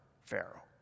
pharaoh